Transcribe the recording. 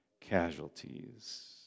casualties